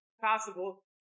possible